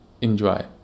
enjoy